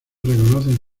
reconocen